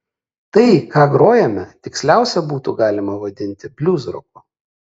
tai ką grojame tiksliausia būtų galima vadinti bliuzroku